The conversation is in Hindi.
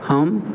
हम